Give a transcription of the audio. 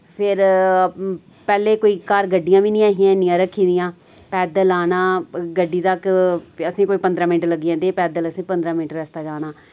फिर पैह्ले कोई घर गड्डियां बी नि ऐ हियां इन्नियां रक्खी दियां पैदल आना गड्डी तक फ्ही असें कोई पदरां मिंट लग्गी जन्दे हे पैदल असें पदरां मिंट रस्ता जाना